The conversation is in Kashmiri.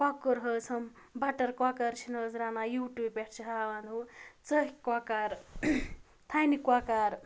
کۄکُر حظ ہُم بَٹَر کۄکَر چھِنہٕ حظ رَنان یوٗٹیوب پٮ۪ٹھ چھِ ہاوان ہُہ ژٔکھۍ کۄکَر تھَنہِ کۄکَر